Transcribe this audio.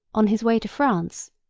on his way to france,